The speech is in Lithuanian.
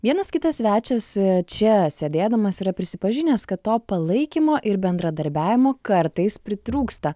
vienas kitas svečias čia sėdėdamas yra prisipažinęs kad to palaikymo ir bendradarbiavimo kartais pritrūksta